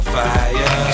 fire